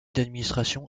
d’administration